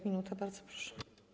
Minuta, bardzo proszę.